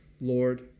Lord